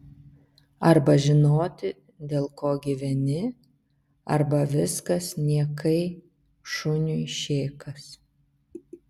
arba žinoti dėl ko gyveni arba viskas niekai šuniui šėkas